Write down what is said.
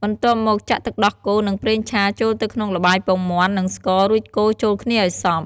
បន្ទាប់មកចាក់ ទឹកដោះគោ និង ប្រេងឆា ចូលទៅក្នុងល្បាយពងមាន់ និងស្ករ រួចកូរចូលគ្នាឱ្យសព្វ។